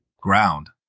ground